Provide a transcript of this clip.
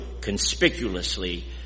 conspicuously